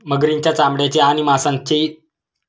मगरींच्या चामड्यासाठी आणि मांसासाठी याचे उत्पादन करतात